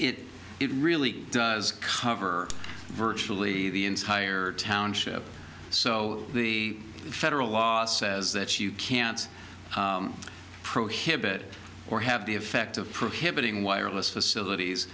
it it really does cover virtually the entire township so the federal law says that you can't prohibit or have the effect of prohibiting wireless facilities